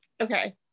okay